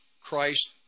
Christ